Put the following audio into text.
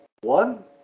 one